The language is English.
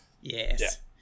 Yes